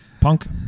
punk